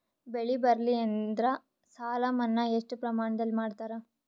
ಬೆಳಿ ಬರಲ್ಲಿ ಎಂದರ ಸಾಲ ಮನ್ನಾ ಎಷ್ಟು ಪ್ರಮಾಣದಲ್ಲಿ ಮಾಡತಾರ?